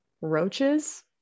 roaches